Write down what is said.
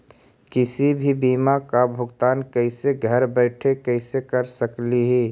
किसी भी बीमा का भुगतान कैसे घर बैठे कैसे कर स्कली ही?